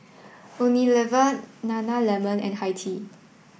Unilever Nana lemon and Hi Tea